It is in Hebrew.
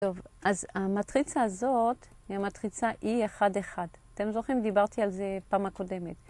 טוב, אז המטריצה הזאת היא המטריצה E11, אתם זוכרים? דיברתי על זה פעם הקודמת.